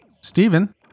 Stephen